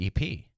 EP